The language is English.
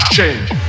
Change